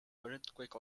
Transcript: earthquake